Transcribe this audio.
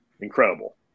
Incredible